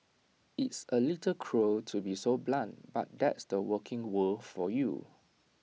it's A little cruel to be so blunt but that's the working world for you